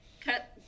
cut